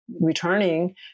returning